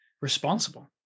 responsible